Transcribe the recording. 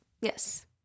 yes